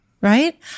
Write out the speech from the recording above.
right